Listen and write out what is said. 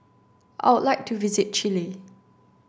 I would like to visit Chile